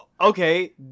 Okay